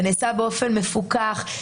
זה נעשה באופן מפוקח.